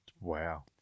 Wow